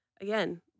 again